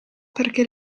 perché